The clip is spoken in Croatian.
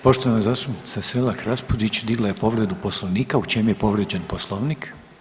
Poštovana zastupnica Selak Raspudić digla je povredu Poslovnika, u čem je povrijeđen Poslovnik?